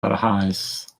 barhaus